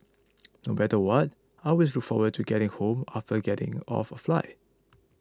no matter what I always look forward to getting home after I getting off a flight